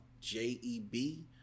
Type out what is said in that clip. J-E-B